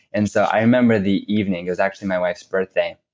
and so i remember the evening, it was actually my wife's birthday.